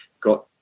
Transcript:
got